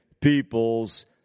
peoples